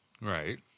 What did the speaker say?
Right